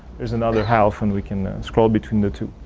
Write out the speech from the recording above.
there's another half. one we can scroll between the two.